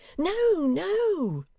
no, no